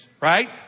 Right